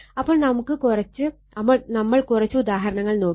അപ്പോൾ നമ്മൾ കുറച്ച് ഉദാഹരണങ്ങൾ നോക്കി